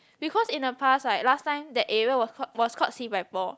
because in the past like last time that area was was called was called Si-Pai-Por